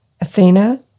Athena